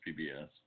PBS